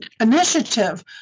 initiative